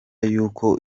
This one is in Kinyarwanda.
y’uko